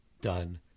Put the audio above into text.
done